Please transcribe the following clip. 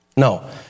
No